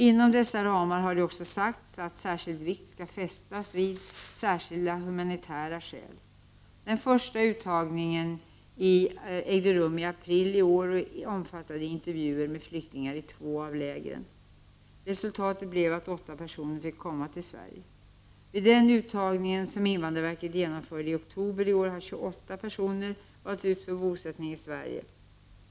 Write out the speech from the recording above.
Inom dessa ramar har det också sagts att särskild vikt skall fästas vid särskilda humanitära skäl. Den första uttagningen ägde rum i april i år och omfattade intervjuer med flyktingar i två av lägren. Resultatet blev att åtta personer fick komma till Sverige. Vid den uttagning som invandrarverket genomförde i oktober i år har 28 personer valts ut för bosättning i Sverige.